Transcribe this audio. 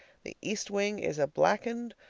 the east wing is a blackened,